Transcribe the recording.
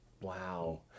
Wow